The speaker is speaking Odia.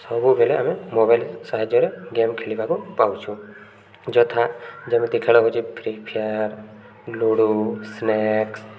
ସବୁବେଲେ ଆମେ ମୋବାଇଲ୍ ସାହାଯ୍ୟରେ ଗେମ୍ ଖେଲିବାକୁ ପାଉଛୁ ଯଥା ଯେମିତି ଖେଳ ହେଉଛି ଫ୍ରି ଫାୟାର୍ ଲୁଡ଼ୁ ସ୍ନାକ୍ସ